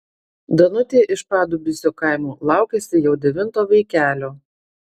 danutė iš padubysio kaimo laukiasi jau devinto vaikelio